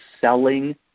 selling